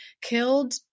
killed